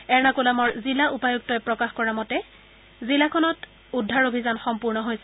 এৰ্নকুলামৰ জিলা উপায়ুক্তই প্ৰকাশ কৰা মতে জিলাখনত উদ্ধাৰ অভিযান সম্পূৰ্ণ হৈছে